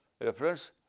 reference